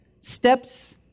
steps